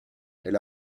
elle